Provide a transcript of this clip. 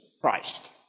Christ